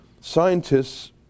Scientists